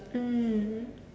mm